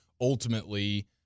ultimately